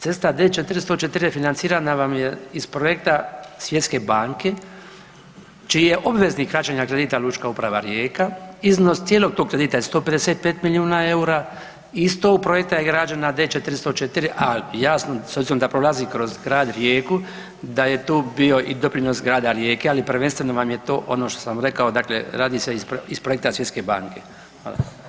Cesta D404 je financirana vam je iz projekta Svjetske banke, čiji je obveznik vračanja kredita Lučka Uprava Rijeka, iznos cijelog tog kredita je 155 milijuna eura iz tog projekta je građena D404, ali jasno, s obzirom da prolazi kroz Grad Rijeku da je tu bio i doprinos Grada Rijeke, ali prvenstveno vam je to ono što sam rekao, dakle, radi se iz projekta Svjetske banke.